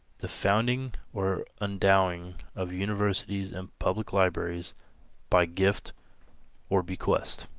the founding or endowing of universities and public libraries by gift or bequest.